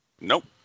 Nope